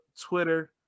Twitter